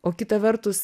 o kita vertus